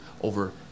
over